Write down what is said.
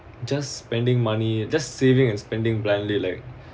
just spending money just saving and spending blindly like